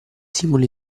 singoli